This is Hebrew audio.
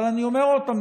אבל אני אומר עוד פעם,